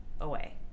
away